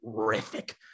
terrific